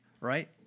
right